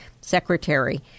secretary